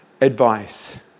advice